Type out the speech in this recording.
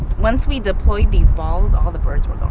once we deployed these balls, all the birds were